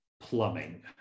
plumbing